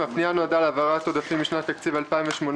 ההודעה נועדה להעברת סכום של 13,419 אלפי ש"ח משנת התקציב 2018